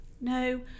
No